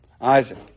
Isaac